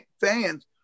fans